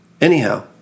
Anyhow